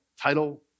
title